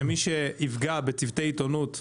שמי שיפגע בצוותי עיתונות,